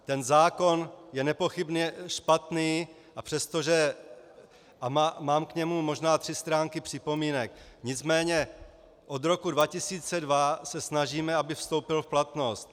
Ten zákon je nepochybně špatný, a přestože mám k němu možná tři stránky připomínek, nicméně od roku 2002 se snažíme, aby vstoupil v platnost.